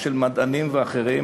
של מדענים ואחרים.